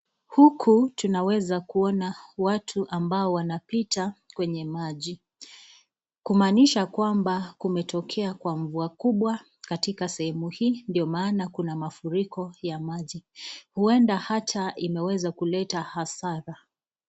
Huku tunaweza kuona watu ambao wanapita kwenye maji, kumaanisha kwamba kumetokea kwa mvua kubwa katika sehemu hii ndio maana kuna mafuriko ya maji, huenda hata inaweza kuleta hasara.